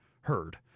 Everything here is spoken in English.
heard